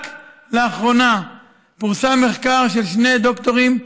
רק לאחרונה פורסם מחקר של שני דוקטורים,